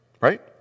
right